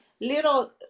little